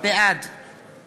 בעד